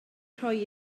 roi